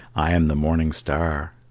i am the morning star.